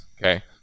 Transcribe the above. okay